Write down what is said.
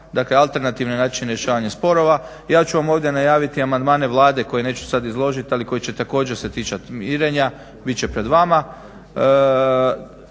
dakle alternativne načine rješavanja sporova. Ja ću vam ovdje najaviti amandmane Vlade koje neću sad izložiti ali koji će također se ticati mirenja, bit će pred vama.